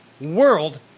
world